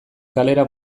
kalera